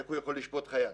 כי איך הוא יכול לשפוט חייל?